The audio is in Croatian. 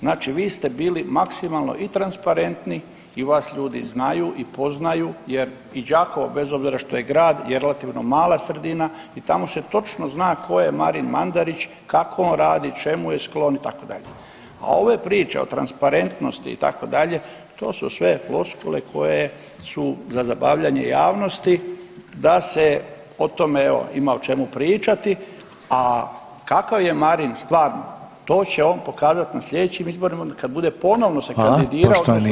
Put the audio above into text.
Znači vi ste bili maksimalno i transparenti i vas ljudi znaju i poznaju jer i Đakovo, bez obzira što je grad je relativno mala sredina i tamo se točno zna tko je Marin Mandarić, kako on radi, čemu je sklon, itd., a ove priče o transparentnosti, itd., to su sve floskule koje su za zabavljanje javnosti da se o tome evo, ima o čemu pričati, a kakav je Marin stvarno, to će on pokazati na sljedećim izborima kad bude ponovno se kandidirao, odnosno